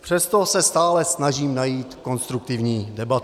Přesto se stále snažím najít konstruktivní debatu.